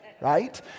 right